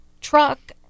truck